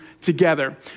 together